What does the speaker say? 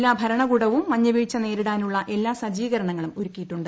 ജില്ലാ ഭരണകൂടവും മഞ്ഞു വീഴ്ച നേരിടാനുള്ള എല്ലാ സജ്ജീകരണങ്ങളും ഒരുക്കിയിട്ടുണ്ട്